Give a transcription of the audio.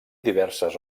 diverses